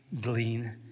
glean